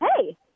hey